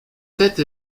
tête